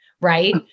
Right